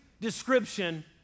description